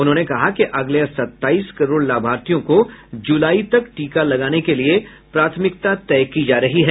उन्होंने कहा कि अगले सत्ताईस करोड़ लाभार्थियों को जुलाई तक टीका लगाने के लिए प्राथमिकता तय की जा रही है